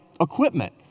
equipment